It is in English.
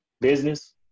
business